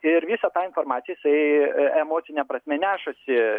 ir visą tą informaciją jisai emocine prasme nešasi